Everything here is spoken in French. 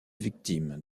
victime